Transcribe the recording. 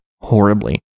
horribly